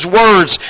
words